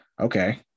okay